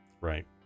Right